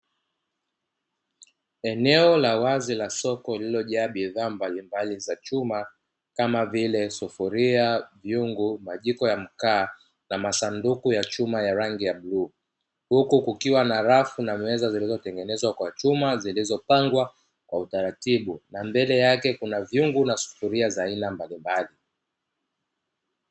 Eneo la wazi la soko, lililojaa bidhaa mbalimbali za chuma kama vile: sufuria, vyungu, majiko ya mkaa na masanduku ya chuma ya rangi ya bluu, huku kukiwa na rafu na meza zilizotengenezwa kwa chuma, zilizopangwa kwa utaratibu na mbele yake kuna vyungu na sufuria za aina mbalimbali.